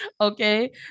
Okay